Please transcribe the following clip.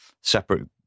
separate